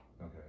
Okay